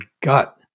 gut